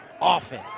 often